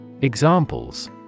Examples